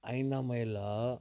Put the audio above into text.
आइना महल आहे